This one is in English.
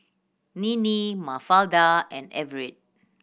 Ninnie Mafalda and Everet